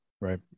right